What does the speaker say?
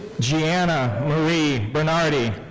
giana marie bernardi.